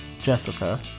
Jessica